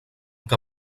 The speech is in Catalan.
que